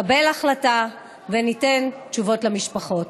קבל החלטה וניתן תשובות למשפחות.